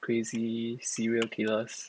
crazy serial killers